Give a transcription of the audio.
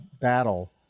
battle